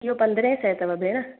इहो पंदरहें सैं अथव भेण